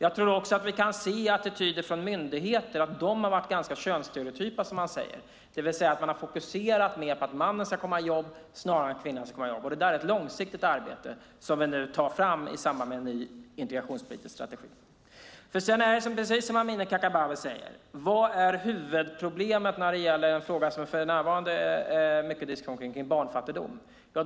Vi kan se att attityderna från myndigheter har varit ganska könsstereotypa, det vill säga att man mer har fokuserat på att mannen ska komma i jobb snarare än att kvinnan ska komma i jobb. Där är det ett långsiktigt arbete som vi ska ta itu med i samband med en ny integrationspolitisk strategi. Amineh Kakabaveh tog upp barnfattigdom, en fråga som det för närvarande är mycket diskussion kring. Vad är huvudproblemet när det gäller barnfattigdom?